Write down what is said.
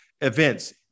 events